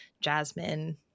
Jasmine